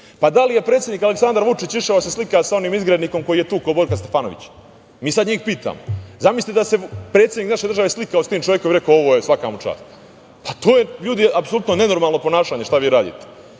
Da li je predsednik Aleksandar Vučić išao da se slika sa onim izgrednikom koji je tukao Borka Stefanovića? Zamislite da se predsednik naše države slikao sa tim čovekom i rekao svaka mu čast. To je, ljudi, apsolutno nenormalno ponašanje šta vi radite.